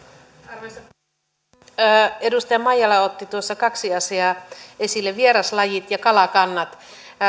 arvoisa puhemies edustaja maijala otti kaksi asiaa esille vieraslajit ja kalakannat